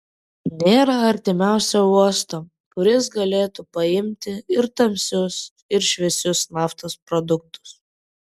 nėra artimiausio uosto kuris galėtų paimti ir tamsius ir šviesius naftos produktus